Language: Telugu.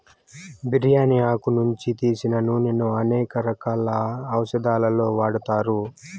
బిర్యాని ఆకు నుంచి తీసిన నూనెను అనేక రకాల ఔషదాలలో వాడతారు